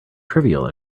trivial